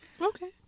Okay